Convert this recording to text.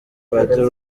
padiri